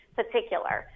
particular